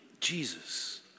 Jesus